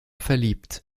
verliebt